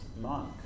monk